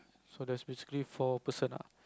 so there's basically four person ah